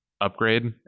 upgrade